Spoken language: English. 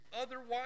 otherwise